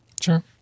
Sure